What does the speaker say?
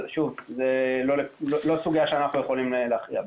שוב, זו לא סוגיה שאנחנו יכולים להכריע בה.